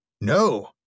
No